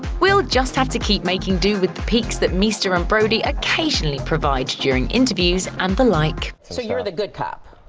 we'll just have to keep making do with the peeks that meester and brody occasionally provide during interviews and the like. so you're the good cop?